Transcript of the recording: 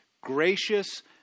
gracious